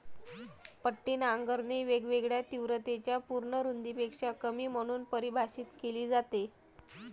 पट्टी नांगरणी वेगवेगळ्या तीव्रतेच्या पूर्ण रुंदीपेक्षा कमी म्हणून परिभाषित केली जाते